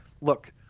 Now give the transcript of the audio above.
look